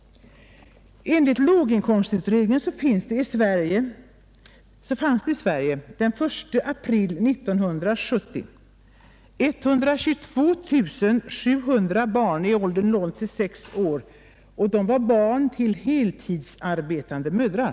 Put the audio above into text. Enligt låginkomstutredningen fanns det i Sverige den 1 april 1970 i åldern 0—6 år 122 700 barn till heltidsarbetande mödrar.